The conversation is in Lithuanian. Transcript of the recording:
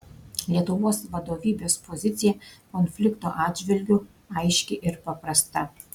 lietuvos vadovybės pozicija konflikto atžvilgiu aiški ir paprasta